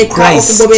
Christ